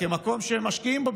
כמקום שמשקיעים בו,